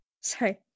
sorry